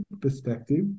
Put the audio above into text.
perspective